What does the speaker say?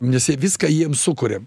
nes jie viską jiem sukuriam